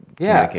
yeah,